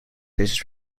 his